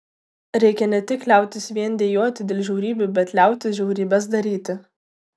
reikia ne tik liautis vien dejuoti dėl žiaurybių bet liautis žiaurybes daryti